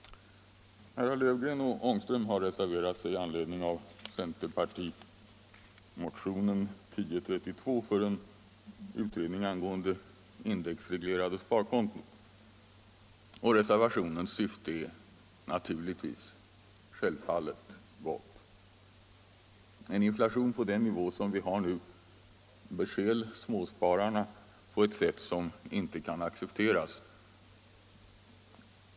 Herrar Löfgren och Ångström har i anledning av centerpartimotionen 1032 reserverat sig för en utredning angående indexreglerade sparkonton. Reservationens syfte är självfallet gott. En inflation på den nivå vi har nu bestjäl småspararna på ett sätt som inte kan accepteras.